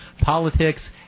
politics